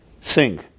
sing